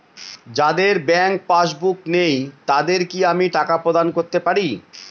যাদের bank passbook নেই তাদের কি আমি টাকা প্রদান করতে পারি?